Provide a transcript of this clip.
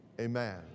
Amen